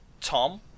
Tom